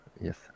Yes